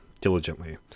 diligently